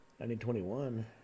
1921